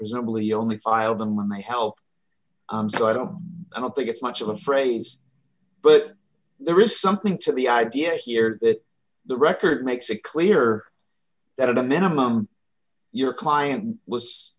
reasonably only filed them when they help so i don't i don't think it's much of a phrase but there is something to the idea here that the record makes it clear that a minimum your client was